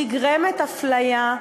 נגרמת הפליה,